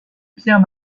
pierre